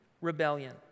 rebellion